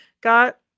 got